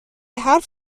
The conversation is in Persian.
حرف